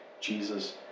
Jesus